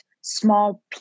small